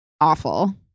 awful